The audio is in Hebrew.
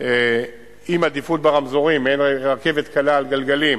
עם עדיפות ברמזורים, מעין רכבת קלה על גלגלים,